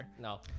No